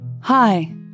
Hi